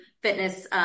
fitness